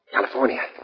California